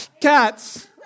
cats